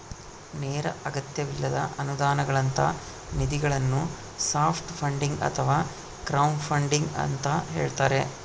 ನೇರ ಅಗತ್ಯವಿಲ್ಲದ ಅನುದಾನಗಳಂತ ನಿಧಿಗಳನ್ನು ಸಾಫ್ಟ್ ಫಂಡಿಂಗ್ ಅಥವಾ ಕ್ರೌಡ್ಫಂಡಿಂಗ ಅಂತ ಹೇಳ್ತಾರ